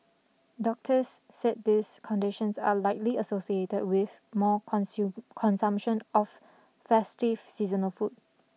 doctors said these conditions are likely associated with more consume consumption of festive seasonal food